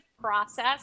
process